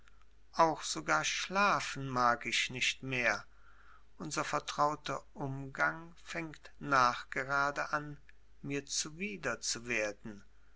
auch sogar schlafen mag ich nicht mehr unser vertrauter umgang fängt nachgerade an mir zuwider zu werden